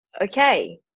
okay